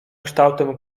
kształtem